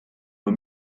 eau